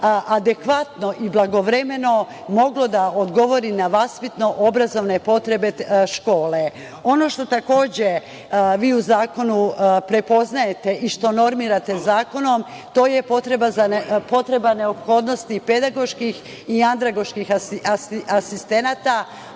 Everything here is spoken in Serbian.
adekvatno i blagovremeno moglo da odgovori na vaspitno obrazovne potrebe škole. Ono što takođe vi u zakonu prepoznajete i što normirate zakonom, to je potreba neophodosti pedagoških i andragoških asistenata,